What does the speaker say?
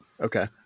Okay